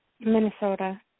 Minnesota